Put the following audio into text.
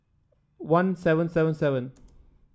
one seven seven seven